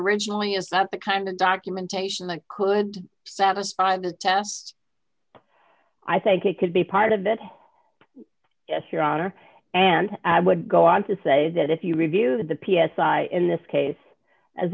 originally is not the kind of documentation that could satisfy the chest i think it could be part of it yes your honor and i would go on to say that if you review the p s i i in this case as